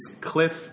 Cliff